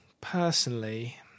personally